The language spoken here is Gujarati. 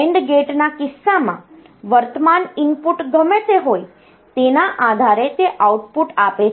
AND ગેટના કિસ્સામાં વર્તમાન ઇનપુટ ગમે તે હોય તેના આધારે તે આઉટપુટ આપે છે